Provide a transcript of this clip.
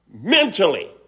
Mentally